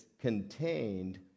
contained